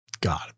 God